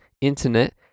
internet